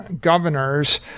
governors